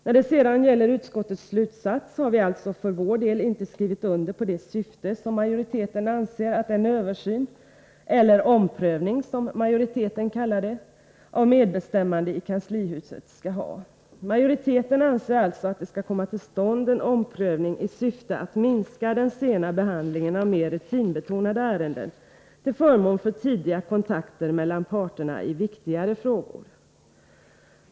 När det sedan gäller utskottets slutsats har vi alltså för vår del inte skrivit under på det syfte som majoriteten anser att översynen, eller omprövningen, som majoriteten kallar det, av medbestämmandet som sker i kanslihuset skall ha. Majoriteten anser alltså att det skall komma till stånd en omprövning i syfte att minska den sena behandlingen av mer rutinbetonade ärenden till förmån för tidigare kontakter mellan parterna i viktigare frågor.